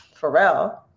Pharrell